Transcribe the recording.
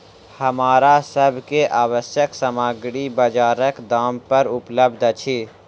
हमरा सभ के आवश्यक सामग्री बजारक दाम पर उपलबध अछि